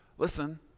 Listen